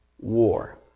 war